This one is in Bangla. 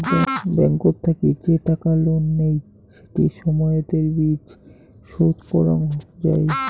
ব্যাংকত থাকি যে টাকা লোন নেই সেটি সময়তের বিচ শোধ করং যাই